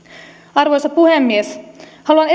arvoisa puhemies haluan